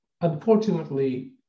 unfortunately